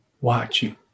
Watching